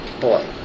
Boy